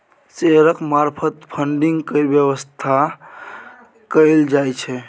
शेयरक मार्फत फडिंग केर बेबस्था कएल जाइ छै